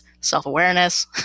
self-awareness